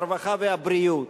הרווחה והבריאות,